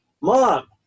Mom